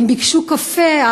הם ביקשו קפה,